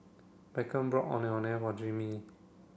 Beckham bought Ondeh Ondeh for Jazmine